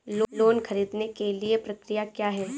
Loan ख़रीदने के लिए प्रक्रिया क्या है?